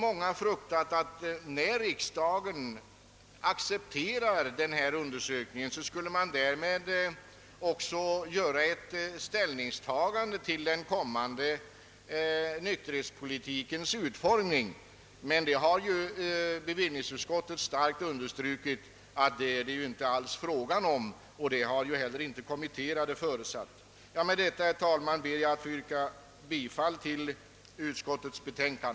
Många har fruktat att riksdagen, när den accepterar denna undersökning, därmed också tar ställning till utformningen av den framtida nykterhetspolitiken, men bevillningsutskottet har ju starkt understrukit att det inte alls är fråga om detta, och det har inte heller kommitténs ledamöter förutsatt. Med detta ber jag, herr talman, att få yrka bifall till utskottets hemställan.